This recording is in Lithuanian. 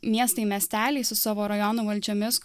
miestai miesteliai su savo rajonų valdžiomis